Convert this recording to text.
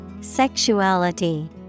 Sexuality